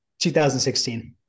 2016